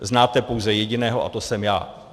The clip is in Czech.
Znáte pouze jediného a to jsem já.